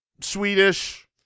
Swedish